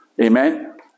Amen